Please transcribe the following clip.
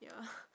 ya